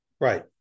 Right